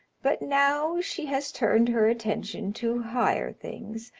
but now she has turned her attention to higher things.